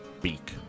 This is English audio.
beak